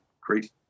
great